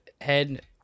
head